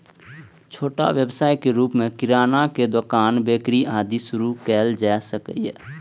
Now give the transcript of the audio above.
छोट व्यवसायक रूप मे किरानाक दोकान, बेकरी, आदि शुरू कैल जा सकैए